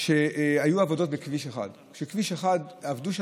שהיו עבודות בכביש 1. בכביש 1 עבדו,